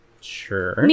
Sure